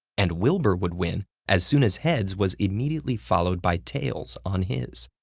and wilbur would win as soon as heads was immediately followed by tails on his?